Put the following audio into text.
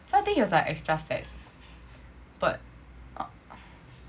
so this is like extra sad but ah